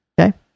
Okay